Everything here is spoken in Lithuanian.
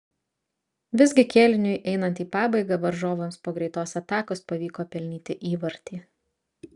visgi kėliniui einant į pabaigą varžovams po greitos atakos pavyko pelnyti įvartį